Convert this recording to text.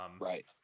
Right